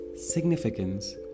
Significance